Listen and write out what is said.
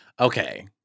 Okay